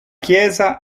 chiesa